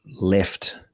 left